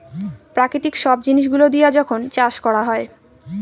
প্রাকৃতিক সব জিনিস গুলো দিয়া যখন চাষ করা হয়